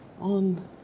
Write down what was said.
on